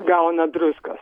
gauna druskos